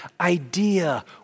idea